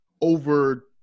over